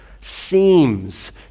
seems